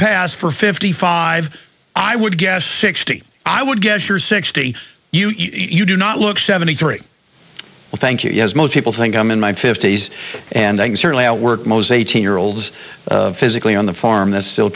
pass for fifty five i would guess sixty i would guess you're sixty you do not look seventy three thank you yes most people think i'm in my fifty's and i'm certainly at work most eighteen year olds physically on the farm that's still